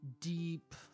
deep